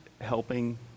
helping